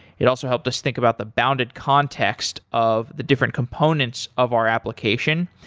it also helped us think about the bounded context of the different components of our application,